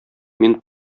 мин